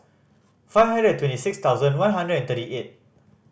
five hundred twenty six thousand one hundred and thirty eight